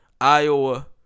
Iowa